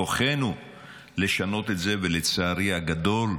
בכוחנו לשנות את זה, ולצערי הגדול,